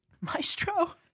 Maestro